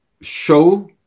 show